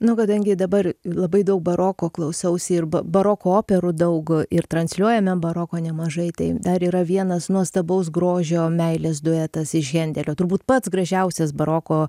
nu kadangi dabar labai daug baroko klausausi ir ba baroko operų daug ir transliuojame baroko nemažai tai dar yra vienas nuostabaus grožio meilės duetas iš hendelio turbūt pats gražiausias baroko